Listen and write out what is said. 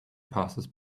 passes